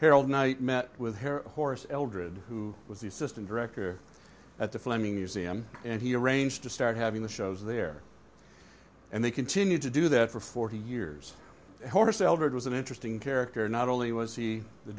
harold knight met with horse eldrid who was the assistant director at the fleming museum and he arranged to start having the shows there and they continued to do that for forty years horace eldridge was an interesting character not only was he the